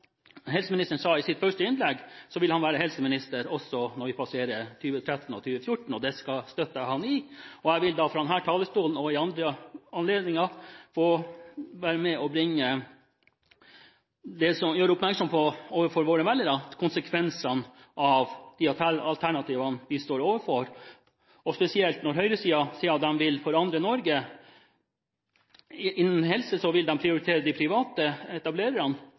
helseministeren sa i sitt første innlegg, ønsker han å være helseminister også når vi passerer 2013 og 2014, og det støtter jeg ham i. Jeg vil overfor våre velgere, fra denne talerstolen og ved andre anledninger, være med og gjøre oppmerksom på konsekvensene av de alternativene vi står overfor, spesielt når høyresiden sier den vil forandre Norge. Innen helse ønsker høyresiden å prioritere de private etablererne,